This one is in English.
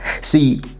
See